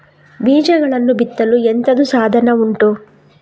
ಬೀಜಗಳನ್ನು ಬಿತ್ತಲು ಎಂತದು ಸಾಧನ ಉಂಟು?